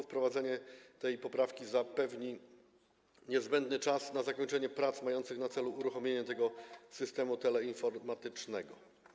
Wprowadzenie tej poprawki zapewni niezbędny czas na zakończenie prac mających na celu uruchomienie tego systemu teleinformatycznego.